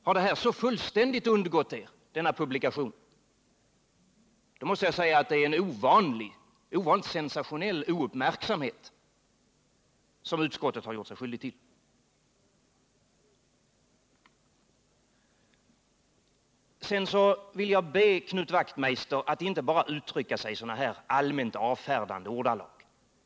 Har denna publikation fullständigt undgått er? Det är i så fall en sensationell ouppmärksamhet som utskottet har gjort sig skyldigt till. Sedan vill jag be Knut Wachtmeister att inte bara uttrycka sig i allmänt avfärdande ordalag.